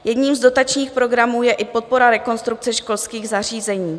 Jedním z dotačních programů je i Podpora rekonstrukce školských zařízení.